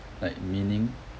like meaning